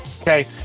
Okay